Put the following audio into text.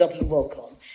Welcome